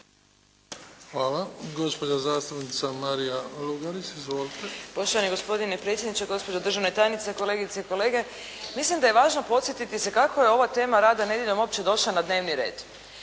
Hvala. Gospođa zastupnica Marija Lugarić. Izvolite. **Lugarić, Marija (SDP)** Poštovani gospodine predsjedniče, gospođo državna tajnice, kolegice i kolege. Mislim da je važno podsjetiti se kako je ova tema rada nedjeljom uopće došla na dnevni red.